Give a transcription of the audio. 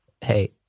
Hey